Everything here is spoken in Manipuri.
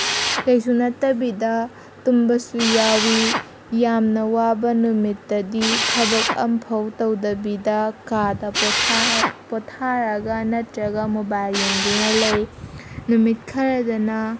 ꯀꯩꯁꯨ ꯅꯠꯇꯕꯤꯗ ꯇꯨꯝꯕꯁꯨ ꯌꯥꯎꯋꯤ ꯌꯥꯝꯅ ꯋꯥꯕ ꯅꯨꯃꯤꯠꯇꯗꯤ ꯊꯕꯛ ꯑꯃꯐꯥꯎ ꯇꯧꯗꯕꯤꯗ ꯀꯥꯗ ꯄꯣꯠꯊꯥꯔꯒ ꯅꯠꯇ꯭ꯔꯒ ꯃꯣꯕꯥꯏꯜ ꯌꯦꯡꯗꯨꯅ ꯂꯩ ꯅꯨꯃꯤꯠ ꯈꯔꯗꯅ